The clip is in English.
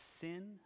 sin